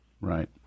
Right